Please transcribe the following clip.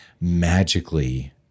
magically